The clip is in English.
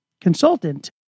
consultant